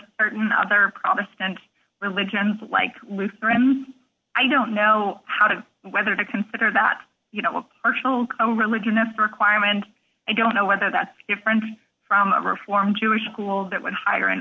certain other promised and religions like lutheran i don't know how to whether to consider that you know herschel coreligionists requirement i don't know whether that's different from a reformed jewish school that would hire an